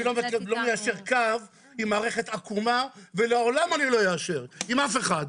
אני לא מיישר קו עם מערכת עקומה ולעולם אני לא איישר עם אף אחד.